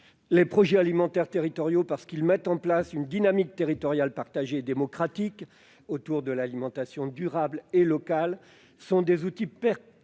Les projets alimentaires territoriaux, parce qu'ils sont le vecteur d'une dynamique territoriale partagée et démocratique autour de l'alimentation durable et locale, sont des outils pertinents